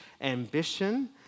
ambition